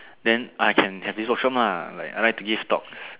then I can have this workshop lah like I like to give talks